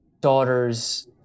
daughters